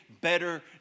better